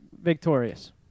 victorious